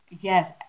yes